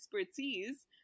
expertise